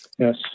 Yes